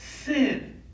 sin